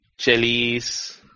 Chelis